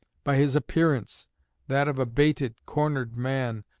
by his appearance that of a baited, cornered man,